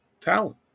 talent